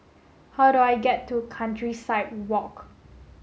how do I get to Countryside Walk